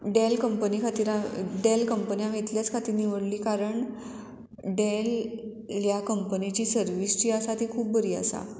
Dell company खातीर हांव Dell company हांवें इतलेच खातीर निवडली कारण डॅल ह्या कंपनीची सर्वीस जी आसा ती खूब बरी आसा